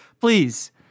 please